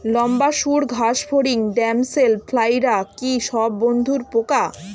লম্বা সুড় ঘাসফড়িং ড্যামসেল ফ্লাইরা কি সব বন্ধুর পোকা?